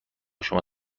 شما